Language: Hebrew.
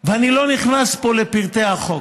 ואני לא נכנס פה לפרטי החוק.